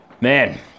Man